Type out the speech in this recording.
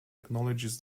acknowledges